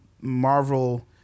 Marvel